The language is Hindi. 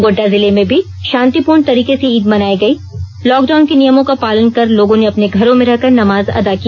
गोड़डा जिले में भी शांतिपूर्ण तरीके से ईद मनाई गई लॉक डाउन के नियमों का पालन कर लोगों ने अपने घरों में रहकर नमाज अदा की